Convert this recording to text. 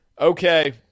okay